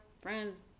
friends